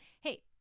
Hey